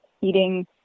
eating